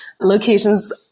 locations